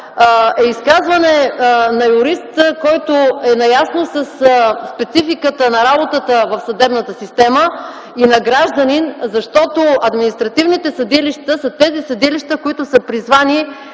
е изказване на юрист, който е наясно със спецификата на работата в съдебната система и на гражданин, защото административните съдилища са тези, които са призвани